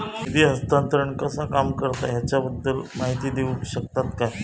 निधी हस्तांतरण कसा काम करता ह्याच्या बद्दल माहिती दिउक शकतात काय?